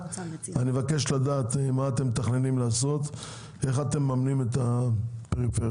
אני מבקש לדעת מה אתם מתכננים לעשות ואיך אתם מממנים את הפריפריה.